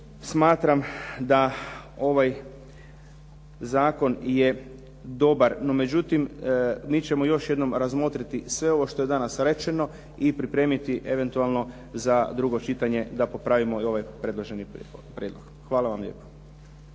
smatram da ovaj zakon je dobar. No međutim, mi ćemo još jednom razmotriti sve ovo što je danas rečeno i pripremiti eventualno za drugo čitanje da popravimo i ovaj predloženi prijedlog. Hvala vam lijepo.